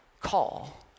call